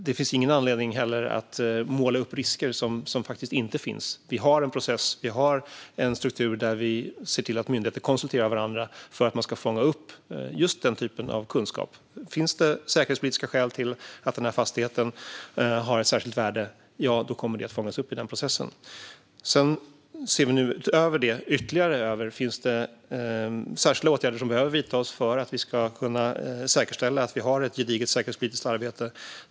Det finns heller ingen anledning att måla upp risker som inte finns. Vi har en process och struktur där vi ser till att myndigheter konsulterar varandra för att kunna fånga upp den typen av kunskap. Om det finns säkerhetspolitiska skäl till att fastigheten har ett särskilt värde kommer det att fångas upp i processen. Utöver detta ser vi dessutom över om det finns särskilda åtgärder som behöver vidtas för att vi ska kunna säkerställa att vi har ett gediget säkerhetspolitiskt arbete.